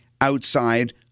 outside